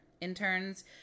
Interns